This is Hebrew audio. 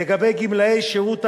לגבי גמלאי שירות המדינה,